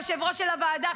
היושב-ראש של הוועדה,